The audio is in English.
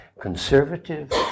conservative